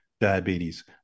diabetes